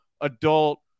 adult